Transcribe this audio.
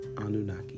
Anunnaki